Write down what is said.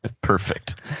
Perfect